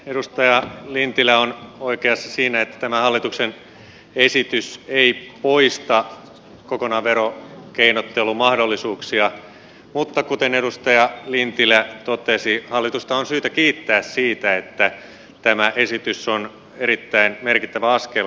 edustaja lintilä on oikeassa siinä että tämä hallituksen esitys ei poista kokonaan verokeinottelumahdollisuuksia mutta kuten edustaja lintilä totesi hallitusta on syytä kiittää siitä että tämä esitys on erittäin merkittävä askel oikeaan suuntaan